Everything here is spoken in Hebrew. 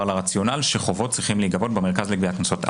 לרציונל שחובות צריכים להיגבות במרכז לגביית קנסות.